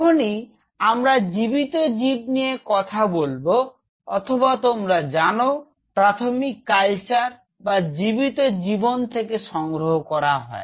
যখনই আমরা জীবিত জিব নিয়ে কথা বলব অথবা তোমরা জানো প্রাথমিক কালচার যা জীবিত জীবন থেকে সংগ্রহ করা হয়